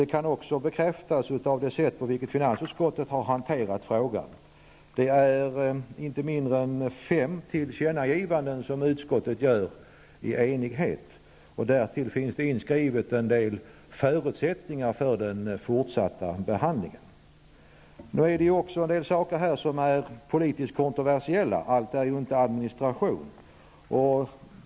Det förstärks också av det sätt på vilket finansutskottet har hanterat frågan. Det är inte mindre än fem tillkännagivanden som utskottet gör i enighet. Därutöver finns inskrivet en del förutsättningar för den fortsatta behandlingen av frågan. Det finns en del saker som är politiskt kontroversiella -- allt är ju inte administration.